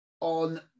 on